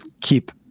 keep